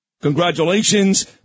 Congratulations